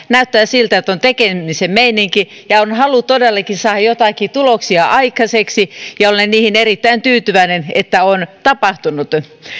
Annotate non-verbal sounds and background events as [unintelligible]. [unintelligible] näyttää siltä että on tekemisen meininki ja ja on halu todellakin saada jotakin tuloksia aikaiseksi ja olen erittäin tyytyväinen että on tapahtunut